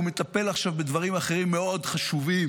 הוא מטפל עכשיו בדברים אחרים מאוד חשובים.